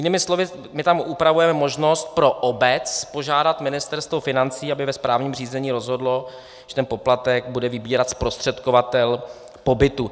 Jinými slovy, my tam upravujeme možnost pro obec požádat Ministerstvo financí, aby ve správním řízení rozhodlo, že ten poplatek bude vybírat zprostředkovatel pobytu.